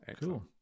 Cool